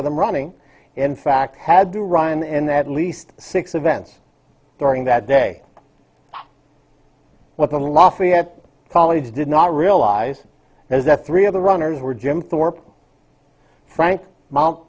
of them running in fact had to run and that least six events during that day what the lafayette college did not realize is that three of the runners were jim thorpe frank mount